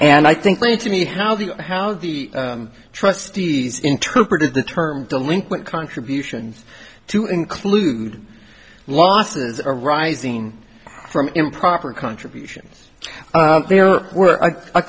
and i think way to me how the how the trustees interpreted the term delinquent contributions to include losses arising from improper contributions there were a